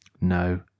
No